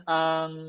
ang